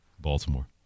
Baltimore